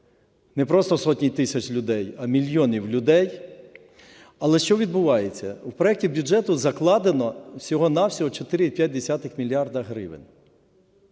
не просто сотні тисяч людей, а мільйонів людей. Але що відбувається? В проекті бюджету закладено всього-на-всього 4,5 мільярда гривень.